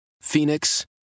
Phoenix